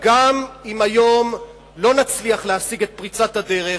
וגם אם היום לא נצליח להשיג את פריצת הדרך,